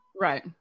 right